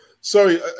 Sorry